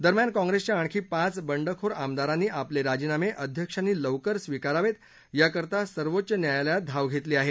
दरम्यान काँग्रेसच्या आणखी पाच बंडखोर आमदारांनी आपले राजीनामे अध्यक्षांनी लवकर स्वीकारावेत याकरता सर्वोच्च न्यायालयात धाव घेतली आहे